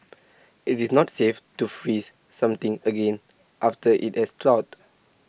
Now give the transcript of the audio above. IT is not safe to freeze something again after IT has thawed